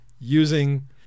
using